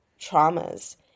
traumas